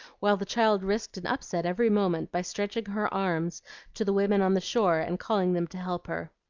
while the child risked an upset every moment by stretching her arms to the women on the shore and calling them to help her.